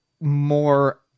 more